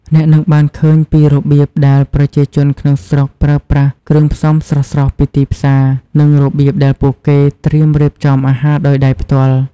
អ្នកនឹងបានឃើញពីរបៀបដែលប្រជាជនក្នុងស្រុកប្រើប្រាស់គ្រឿងផ្សំស្រស់ៗពីទីផ្សារ និងរបៀបដែលពួកគេត្រៀមរៀបចំអាហារដោយដៃផ្ទាល់។